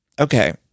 okay